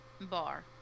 bar